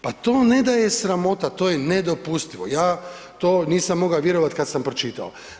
Pa to ne da je sramota, to je nedopustivo, ja to nisam mogao vjerovat kad sam pročitao.